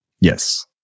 Yes